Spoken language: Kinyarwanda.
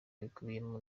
bikubiyemo